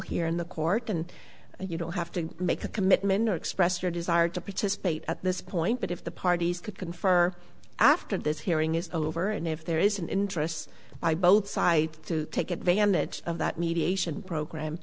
here in the court and you don't have to make a commitment to express your desire to participate at this point but if the parties confer after this hearing is over and if there is an interest by both sides to take advantage of that mediation program